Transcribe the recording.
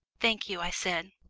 thank you, i said.